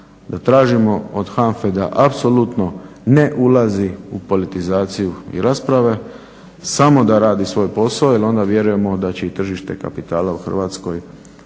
da tražimo od HANFA-e da apsolutno ne ulazi u politizaciju i rasprave samo da radi svoj posao jer onda vjerujemo da će i tržište kapitala u Hrvatskoj